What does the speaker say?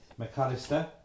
McAllister